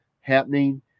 happening